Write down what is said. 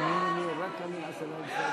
הממשלה על העברת סמכויות משר